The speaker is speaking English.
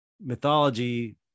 mythology